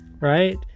Right